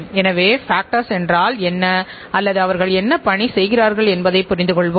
மற்றும் திறமையான தொழிலாளரை எப்படி கண்டுபிடிப்பது